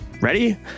Ready